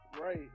Right